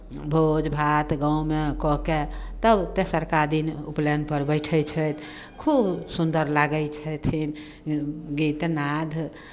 भोज भात गाँवमे कऽ कऽ तब तेसरका दिन उपनयनपर बैठै छथि खूब सुन्दर लागै छथिन गीतनाद